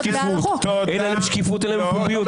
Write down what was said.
אין עליהן שקיפות ואין עליהן פומביות.